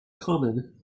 common